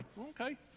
Okay